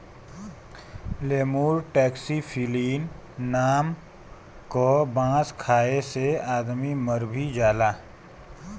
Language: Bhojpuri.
लेमुर टैक्सीफिलिन नाम क बांस खाये से आदमी मर भी जाला